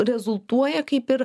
rezultuoja kaip ir